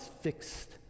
fixed